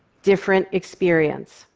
different experience.